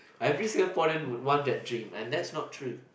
every Singaporean would want that dream and that's not true